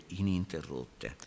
ininterrotte